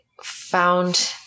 found